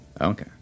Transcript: Okay